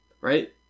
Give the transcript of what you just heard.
Right